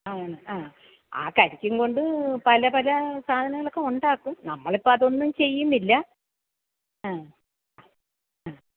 ആണ് ആ കരിക്കുംകൊണ്ട് പല പല സാധനങ്ങളക്കെ ഉണ്ടാക്കും നമ്മൾ ഇപ്പം അതൊന്നും ചെയ്യുന്നില്ല ആ ആ